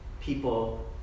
people